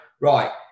right